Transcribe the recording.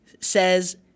says